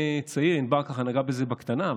ענבר ככה נגעה בזה בקטנה,